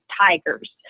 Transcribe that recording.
tigers